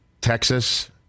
Texas